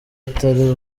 atari